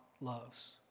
loves